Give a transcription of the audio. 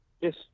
Yes